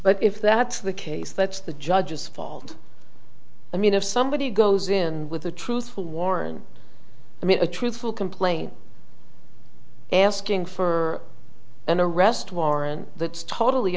but if that's the case that's the judge's fault i mean if somebody goes in with a truthful warrant i mean a truthful complaint asking for an arrest warrant that is totally